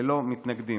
ללא מתנגדים.